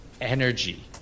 energy